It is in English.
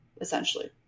essentially